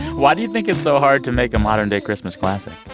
why do you think it's so hard to make a modern-day christmas classic?